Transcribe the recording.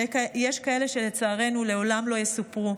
ויש כאלה שלצערנו לעולם לא יסופרו.